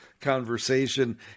conversation